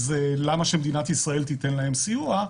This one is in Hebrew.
אז למה שמדינת ישראל תיתן להם סיוע.